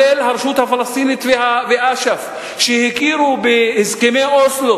ישיב על ההצעה לסדר-היום.